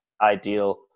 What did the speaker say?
ideal